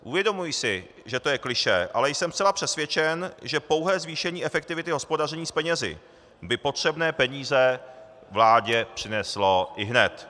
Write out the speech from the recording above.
Uvědomuji si, že to je klišé, ale jsem zcela přesvědčen, že pouhé zvýšení efektivity hospodaření s penězi by potřebné peníze vládě přineslo ihned.